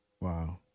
Wow